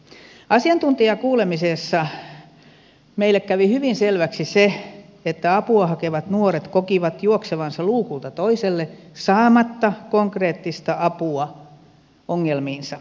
asiantuntijakuulemisessa meille kävi hyvin selväksi se että apua hakevat nuoret kokivat juoksevansa luukulta toiselle saamatta konkreettista apua ongelmiinsa